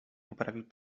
poprawił